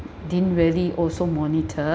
didn't really also monitor